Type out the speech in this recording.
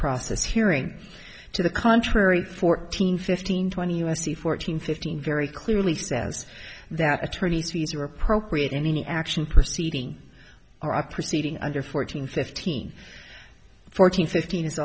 hearing to the contrary fourteen fifteen twenty u s c fourteen fifteen very clearly says that attorneys fees are appropriate any action proceeding are proceeding under fourteen fifteen fourteen fifteen is